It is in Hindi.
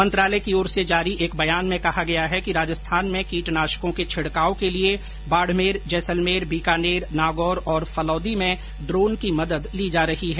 मंत्रालय की ओर से जारी एक बयान में बताया गया कि राजस्थान में कीटनाशकों के छिड़काव के लिए बाड़मेर जैसलमेर बीकानेर नागौर और फलौदी में ड्रोन की मदद ली जा रही है